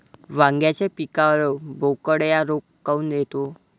वांग्याच्या पिकावर बोकड्या रोग काऊन येतो?